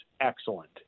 excellent